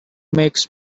makes